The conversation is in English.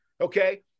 okay